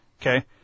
okay